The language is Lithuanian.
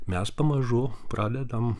mes pamažu pradedam